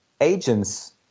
agents